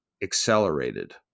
Accelerated